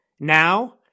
Now